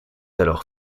alors